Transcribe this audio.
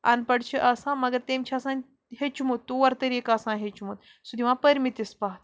اَن پَڑھ چھُ آسان مگر تٔمۍ چھِ آسان ہیٚچھمُت طور طریٖقہٕ آسان ہیٚچھمُت سُہ دِوان پٔرۍمٕتِس پَتھ